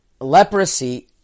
leprosy